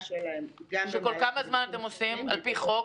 שלהן --- בכל כמה זמן אתם עושים את זה על פי חוק?